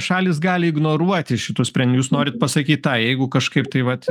šalys gali ignoruoti šitus sprendi jūs norit pasakyt tai jeigu kažkaip tai vat